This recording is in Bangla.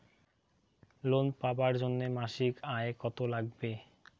লোন পাবার জন্যে মাসিক আয় কতো লাগবে?